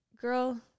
Girl